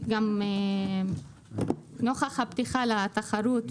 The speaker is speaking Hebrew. הוראות כאמור ייכנסו לתוקפן עם נתינתן ויהיו בתוקף לתקופה הקצרה